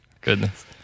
Goodness